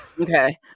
Okay